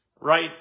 Right